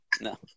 no